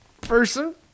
person